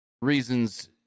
reasons